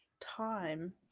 time